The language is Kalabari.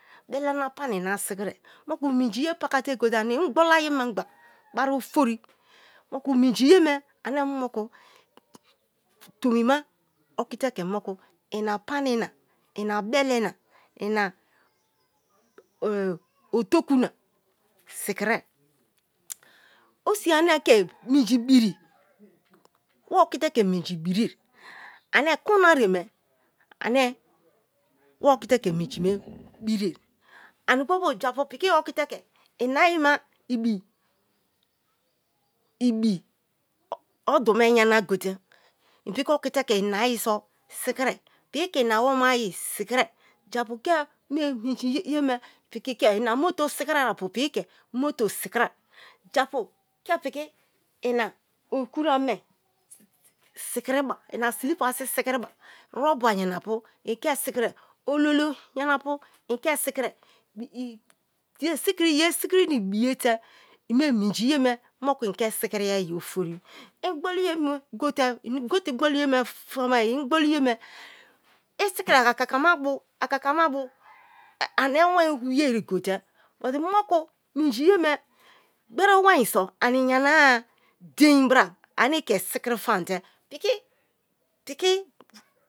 Bele na pani na sikirie, moku minji ye pakate gote ani igboli ayi mengba bari ofori, moku minji ye me ane moku tomi ma okite ke moku ina pani na, ina bele na, ina otoku na sikirie osiye ane ke minji biri, wa okite ke minji birie ane kunue ye me ane wa okite ke minji me birie ani bo japu piki okite ke ina ayi ma ibi odor me yana gote i piki ke ina wome ayi sikirie, japu ke mie minji ye me piki ke ina motor sikirie apu piki ke motor sikirie, japu ke piki ina okurd ame sikiriba ina slippers sikiriba, rubber yana-apu inke sikiriba ololo yana-apu ike sikirie me ye sikiri na ibiye te me-e minji ye-me moku ike sikiriya ye ofori ingboli ye me gote, i gote ingboli ye frimaye ingboliye me isikiribe akakama bo, akaka ma bo minji ye me gboru ewien so ani yanara dein bra ane i ke sikiri famote piki piki